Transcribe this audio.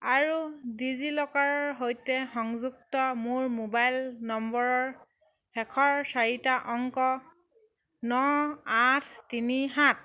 আৰু ডিজি লকাৰৰ সৈতে সংযুক্ত মোৰ মোবাইল নম্বৰৰ শেষৰ চাৰিটা অংক ন আঠ তিনি সাত